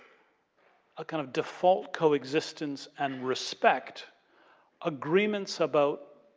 a kind of default coexistence and respect agreements about